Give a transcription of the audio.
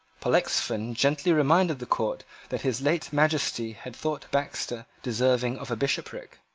pollexfen gently reminded the court that his late majesty had thought baxter deserving of a bishopric.